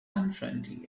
unfriendly